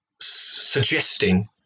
suggesting